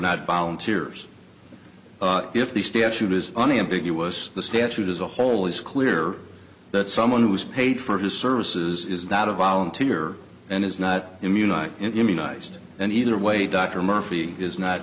not volunteer if the statute is unambiguous the statute as a whole is clear that someone who is paid for his services is not a volunteer and is not immunize immunized and either way dr murphy is not